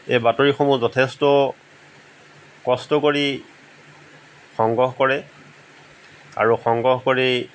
এই বাতৰিসমূহ যথেষ্ট কষ্ট কৰি সংগ্ৰহ কৰে আৰু সংগ্ৰহ কৰি